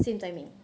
same timing